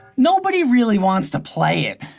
nobody really wants to play it.